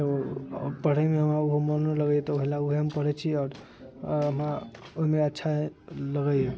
तऽ ओ पढ़ैमे हमरा ओहो मनो लगैए तऽ ओहिलए ओहे हम पढ़ै छी आओर हमरा ओहिमे अच्छा लगैए